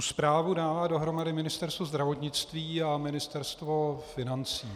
Zprávu dávalo dohromady Ministerstvo zdravotnictví a Ministerstvo financí.